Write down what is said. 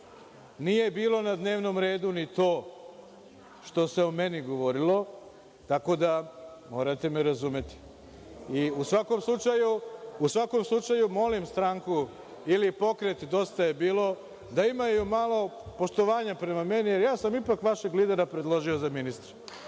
nije bilo na dnevnom redu ni to što se o meni govorilo, tako da morate me razumeti i u svakom slučaju, molim stranku ili pokret Dosta je bilo, da imaju malo poštovanja prema meni, jer ja sam ipak vašeg lidera predložio za ministra.